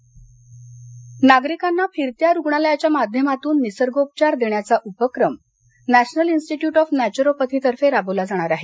निसर्गोपचार नागरिकांना फिरत्या रूग्णालयाच्या माध्यमातून निसर्गोपचार देण्याचा उपक्रम नॅशनल इन्स्टिट्यूट ऑफ नॅचरोपॅथीतर्फे राबवला जाणार आहे